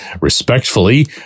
Respectfully